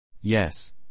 Yes